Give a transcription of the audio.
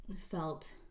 felt